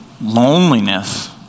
loneliness